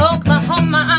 Oklahoma